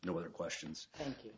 no other questions thank you